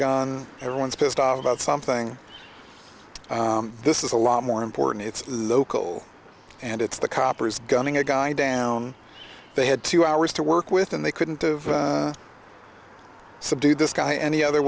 gun everyone's pissed off about something this is a lot more important it's the local and it's the coppers gunning a guy down they had two hours to work with and they couldn't of subdue this guy any other